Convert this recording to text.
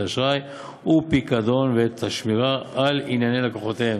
אשראי ופיקדון ואת השמירה על ענייני לקוחותיהם.